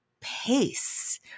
pace